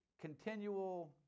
continual